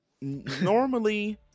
normally